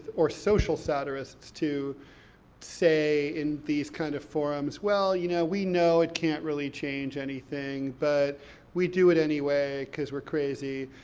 or social satirists, to say, in these kind of forums, well, you know, we know it can't really change anything. but we do it anyway, because we're crazy.